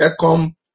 Ecom